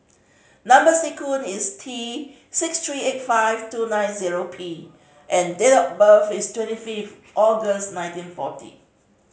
number sequence is T six three eight five two nine zero P and date of birth is twenty fifth August nineteen forty